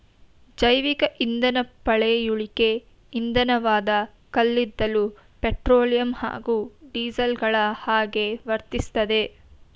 ಜೈವಿಕಇಂಧನ ಪಳೆಯುಳಿಕೆ ಇಂಧನವಾದ ಕಲ್ಲಿದ್ದಲು ಪೆಟ್ರೋಲಿಯಂ ಹಾಗೂ ಡೀಸೆಲ್ಗಳಹಾಗೆ ವರ್ತಿಸ್ತದೆ